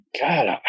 God